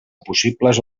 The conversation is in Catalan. possibles